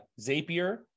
Zapier